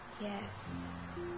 yes